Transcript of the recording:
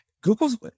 Google's